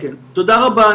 תודה רבה לכם.